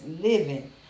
living